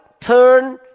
turn